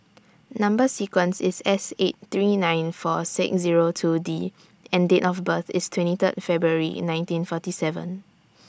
Number sequence IS S eight three nine four six Zero two D and Date of birth IS twenty three February nineteen forty seven